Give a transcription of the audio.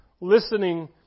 listening